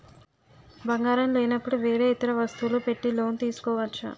బంగారం లేనపుడు వేరే ఇతర వస్తువులు పెట్టి లోన్ తీసుకోవచ్చా?